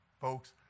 Folks